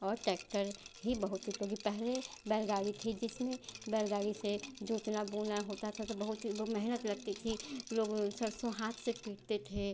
और टैक्टर ही बहुत उपयोगी पहले बैलगाड़ी थी जिसमें बैलगाड़ी से जोतना बोना होता था तो बहुत ही मेहनत लगती थी लोग सरसों हाथ से पीटते थे